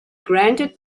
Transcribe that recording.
granted